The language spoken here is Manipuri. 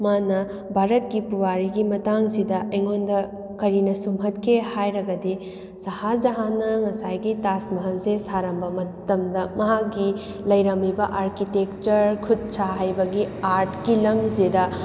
ꯃꯥꯅ ꯚꯥꯔꯠꯀꯤ ꯄꯨꯋꯥꯔꯤꯒꯤ ꯃꯇꯥꯡꯁꯤꯗ ꯑꯩꯉꯣꯟꯗ ꯀꯔꯤꯅ ꯁꯨꯝꯍꯠꯀꯦ ꯍꯥꯏꯔꯒꯗꯤ ꯁꯍꯥꯖꯍꯥꯟꯅ ꯉꯁꯥꯏꯒꯤ ꯇꯥꯖ ꯃꯍꯜꯁꯦ ꯁꯥꯔꯝꯕ ꯃꯇꯝꯗ ꯃꯥꯒꯤ ꯂꯩꯔꯝꯃꯤꯕ ꯑꯥꯔꯀꯤꯇꯦꯛꯆꯔ ꯈꯨꯠꯁꯥ ꯍꯩꯕꯒꯤ ꯑꯥꯔꯠꯀꯤ ꯂꯝꯁꯤꯗ